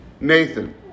Nathan